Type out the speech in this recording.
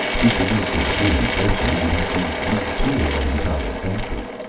to produce a new invention, you'd have to retool an entire factory.